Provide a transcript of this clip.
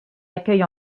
accueille